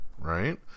right